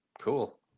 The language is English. Cool